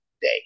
day